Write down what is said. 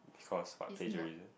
cause but plagiarism